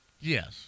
Yes